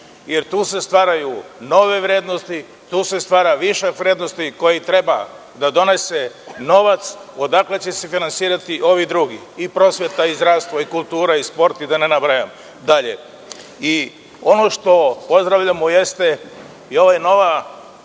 jer tu se stvaraju nove vrednosti, tu se stvara višak vrednosti koji treba da donese novac odakle će se finansirati ovi drugi, i prosveta, i zdravstvo, i kultura, i sport i da ne nabrajam dalje. Ono što pozdravljamo jeste i ova nova